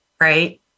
right